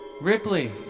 Ripley